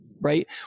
right